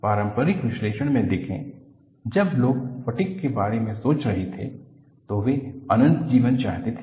पारंपरिक विश्लेषण में देखें जब लोग फटीग के बारे में सोच रहे थे तो वे अनंत जीवन चाहते थे